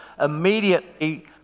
immediately